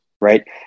right